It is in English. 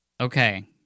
Okay